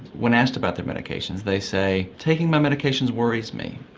when asked about their medications they say, taking my medications worries me,